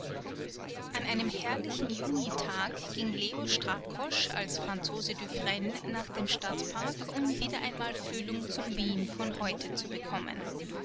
an einem herrlichen junitag ging leo strakosch als franzose dufresne nach dem stadtpark um wieder einmal fühlung zum wien von heute zu bekommen